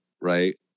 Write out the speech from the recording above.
right